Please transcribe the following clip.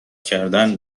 کردن